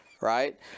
right